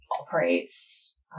operates